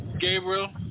Gabriel